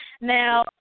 Now